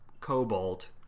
cobalt